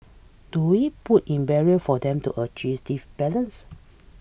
do we put in barrier for them to achieve this balance